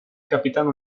capitano